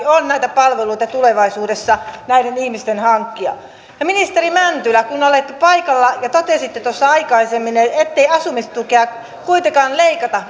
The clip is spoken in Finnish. on näitä palveluita tulevaisuudessa näiden ihmisten hankkia ja ministeri mäntylä kun olette paikalla ja totesitte tuossa aikaisemmin ettei asumistukea kuitenkaan leikata